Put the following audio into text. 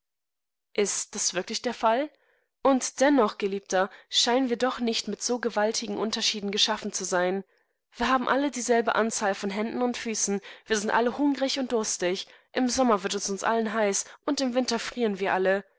ist das wirklich der fall und dennoch geliebter scheinen wir doch nicht mit so gewaltigen unterschieden geschaffen zu sein wir haben alle dieselbe anzahl von händen und füßen wir sind alle hungrig und durstig im sommer wird es uns allen heiß und im winter frieren wir alle